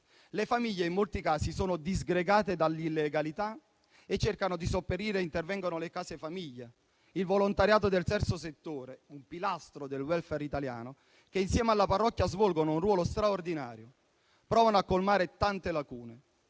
Le famiglie in molti casi sono disgregate dall'illegalità. Cercano di sopperire e intervengono le case famiglia e il volontariato del terzo settore (un pilastro del *welfare* italiano), che insieme alla parrocchia svolgono un ruolo straordinario, provando a colmare tante lacune.